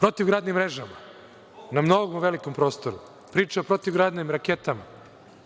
protivgradnim mrežama, na mnogo velikom prostoru, priče o protivgradnim raketama,